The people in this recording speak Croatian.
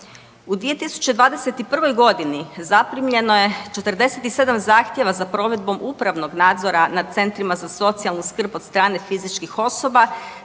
U 2021. godini zaprimljeno je 47 zahtjeva za provedbom upravnog nadzora nad centrima za socijalnu skrb od strane fizičkih osoba